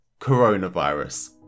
coronavirus